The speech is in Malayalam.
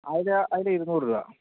അയില അയില ഇരുന്നൂറ് രൂപ